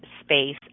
space